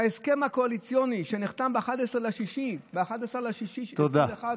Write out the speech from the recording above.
בהסכם הקואליציוני שנחתם ב-11 ביוני 2021, תודה.